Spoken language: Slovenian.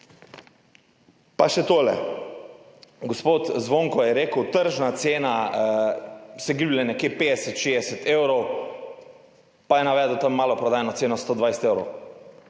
Pa še to, gospod Zvonko je rekel, tržna cena se giblje nekje okrog 50, 60 evrov, pa je navedel maloprodajno ceno 120 evrov.